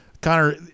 Connor